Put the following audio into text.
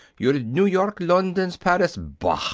your new york, londres, paris bah!